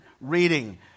reading